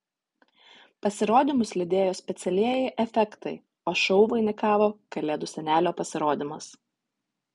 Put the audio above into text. pasirodymus lydėjo specialieji efektai o šou vainikavo kalėdų senelio pasirodymas